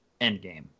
Endgame